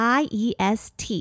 i-e-s-t